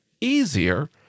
easier